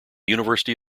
university